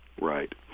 Right